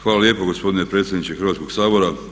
Hvala lijepo gospodine predsjedniče Hrvatskog sabora.